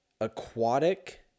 Aquatic